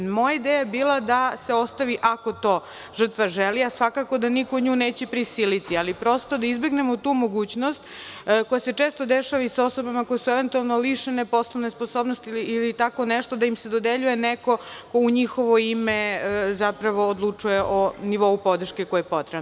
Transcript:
Moja ideja je bila da se ostavi – ako to žrtva želi, a svakako da niko nju neće prisiliti, ali prosto, da izbegnemo tu mogućnost koja se često dešava i sa osobama koje su eventualno lišene poslovne sposobnosti ili tako nešto da im se dodeljuje neko ko u njihovo ime zapravo odlučuje o nivou podrške koja je potrebna.